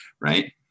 right